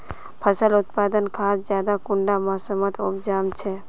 फसल उत्पादन खाद ज्यादा कुंडा मोसमोत उपजाम छै?